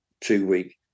two-week